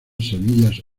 semillas